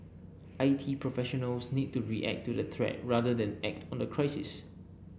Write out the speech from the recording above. I T professionals need to react to the threat rather than act on the crisis